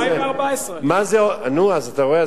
2014. נו, אז אתה רואה.